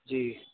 جی